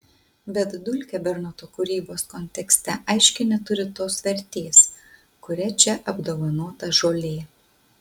bet dulkė bernoto kūrybos kontekste aiškiai neturi tos vertės kuria čia apdovanota žolė